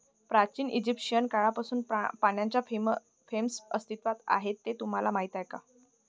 प्राचीन इजिप्शियन काळापासून पाण्याच्या फ्रेम्स अस्तित्वात आहेत हे तुम्हाला माहीत आहे का?